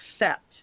accept